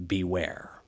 Beware